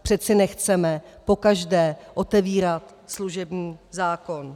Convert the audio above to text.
Přece nechceme pokaždé otevírat služební zákon.